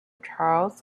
charles